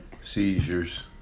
Seizures